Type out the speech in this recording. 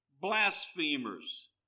blasphemers